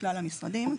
בכלל המשרדים,